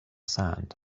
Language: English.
sand